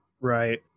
Right